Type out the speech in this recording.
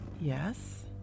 Yes